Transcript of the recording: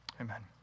Amen